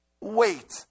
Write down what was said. wait